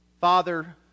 Father